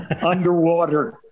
underwater